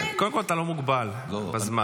קודם כול, אתה לא מוגבל בזמן.